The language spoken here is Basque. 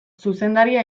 zuzendaria